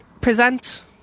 present